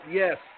yes